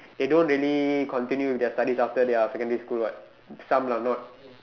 they don't really continue with their studies after their secondary school what some lah not